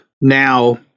Now